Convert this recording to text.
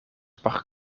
por